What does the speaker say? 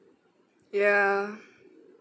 ya